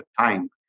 time